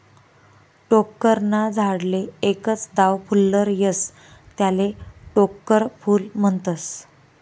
टोक्कर ना झाडले एकच दाव फुल्लर येस त्याले टोक्कर फूल म्हनतस